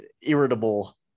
irritable